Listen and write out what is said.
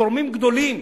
תורמים גדולים